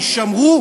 יישמרו,